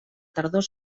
tardor